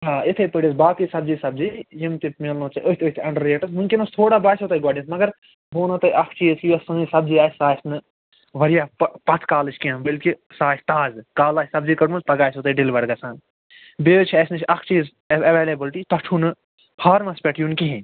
ہاں یِتھَے پٲٹھۍ حظ باقٕے سبزی سبزی یِم تہِ مےٚ مان ژٕ أتھۍ أتھۍ انٛڈر ریٹس وُنکٮیٚس تھوڑا باسوٕ تۄہہِ گۄڈٕنیٚتھ مگر بہٕ ونہو تۄہہِ اَکھ چیٖز کہِ یۄس سٲنۍ سبزی آسہِ سۄ آسہٕ نہٕ وارِیاہ پتھ کالٕچ کیٚنٛہہ بٔلکہِ سۄ آسہِ تازٕ کالہٕ آسہِ سبزی کڑمٕژ پَگاہ آسوٕ تۄہہِ ڈیٚلِور گَژھان بیٚیہِ حظ چھِ اسہِ نِش اَکھ چیٖز ایٚویلیبٕلٹی تۄہہِ چھُو نہٕ فارمَس پٮ۪ٹھ یُن کِہیٖنۍ